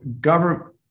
government